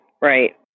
right